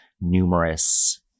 numerous